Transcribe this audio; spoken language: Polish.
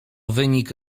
wynik